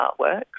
artworks